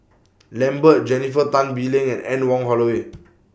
Lambert Jennifer Tan Bee Leng and Anne Wong Holloway